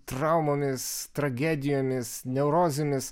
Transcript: traumomis tragedijomis neurozėmis